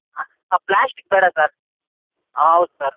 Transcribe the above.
ಆ ಪ್ಲ್ಯಾಸ್ಟಿಕ್ ಬೇಡ ಸರ್ ಆ ಹೌದು ಸರ್